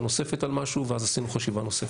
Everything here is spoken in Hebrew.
נוספת על משהו ואז עשינו חשיבה נוספת.